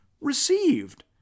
received